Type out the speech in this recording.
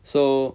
so